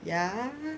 ya